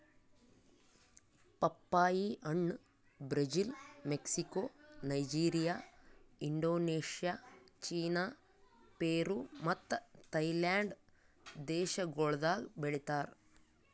ಪಪ್ಪಾಯಿ ಹಣ್ಣ್ Brazil, Mexico, Nigeria, Indonesia, China, Peru ಮತ್ತ ಥೈಲ್ಯಾಂಡ್ ದೇಶಗೊಳ್ದಾಗ್ ಬೆಳಿತಾರ್